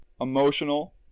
emotional